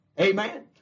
Amen